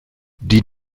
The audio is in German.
die